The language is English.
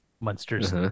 monsters